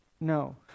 No